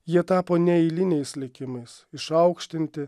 jie tapo neeiliniais likimais išaukštinti